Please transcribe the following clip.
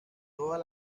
todas